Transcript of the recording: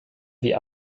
wie